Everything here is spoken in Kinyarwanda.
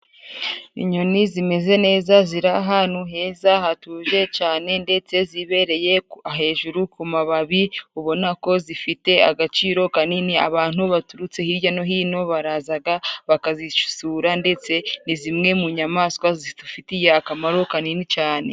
Inyoni zimeze neza ziri ahantu heza hatuje cyane ndetse zibereye hejuru ku mababi ubona ko zifite agaciro kanini abantu baturutse hirya no hino barazaga bakazisura ndetse ni zimwe mu nyamaswa zidufitiye akamaro kanini cyane.